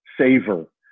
savor